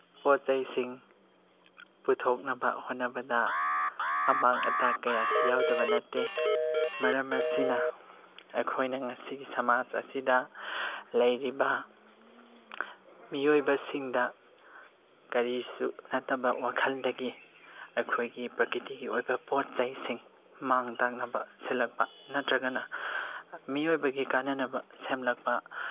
ꯄꯣꯠ ꯆꯩꯁꯤꯡ ꯄꯨꯊꯣꯛꯅꯕ ꯍꯣꯠꯅꯕꯗ ꯑꯃꯥꯡ ꯑꯇꯥ ꯀꯌꯥꯁꯨ ꯌꯥꯎꯗꯕ ꯅꯠꯇꯦ ꯃꯔꯝ ꯑꯁꯤꯅ ꯑꯩꯈꯣꯏꯅ ꯉꯁꯤꯒꯤ ꯁꯃꯥꯖ ꯑꯁꯤꯗ ꯂꯩꯔꯤꯕ ꯃꯤꯑꯣꯏꯕꯁꯤꯡꯗ ꯀꯔꯤꯁꯨ ꯅꯠꯇꯕ ꯋꯥꯈꯜꯗꯒꯤ ꯑꯩꯈꯣꯏꯒꯤ ꯄ꯭ꯔꯀꯤꯇꯤꯒꯤ ꯑꯣꯏꯕ ꯄꯣꯠ ꯆꯩꯁꯤꯡ ꯃꯥꯡ ꯇꯥꯛꯅꯕ ꯁꯤꯜꯂꯛꯄ ꯅꯠꯇ꯭ꯔꯒꯅ ꯃꯤꯑꯣꯏꯕꯒꯤ ꯀꯥꯅꯅꯕ ꯁꯦꯝꯂꯛꯄ